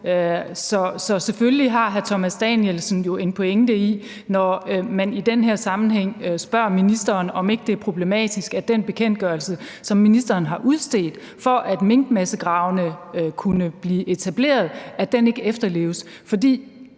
Så selvfølgelig har hr. Thomas Danielsen en pointe, når man i den her sammenhæng spørger ministeren, om ikke det er problematisk, at den bekendtgørelse, som ministeren har udstedt, for at minkmassegravene kunne blive etableret, ikke efterleves,